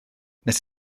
nes